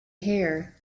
hair